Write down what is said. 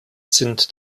sind